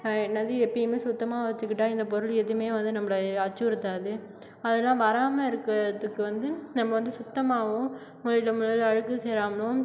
என்னது எப்பேயுமே சுத்தமாக வெச்சுக்கிட்டா இந்தப் பொருள் எதுவுமே வந்து நம்மள அச்சுறுத்தாது அதெலாம் வராமல் இருக்கிறதுக்கு வந்து நம்ம வந்து சுத்தமாகவும் மூலையில் மூலையில் அழுக்கு சேராமலும்